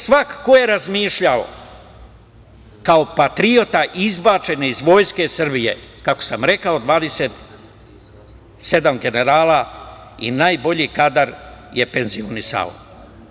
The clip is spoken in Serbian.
Svako ko je razmišljao kao patriota izbačen je iz Vojske Srbije, kako sam rekao – 27 generala, najbolji kadar je penzionisan.